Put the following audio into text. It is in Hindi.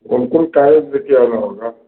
कौन कौन टाइप देकर आना होगा